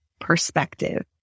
perspective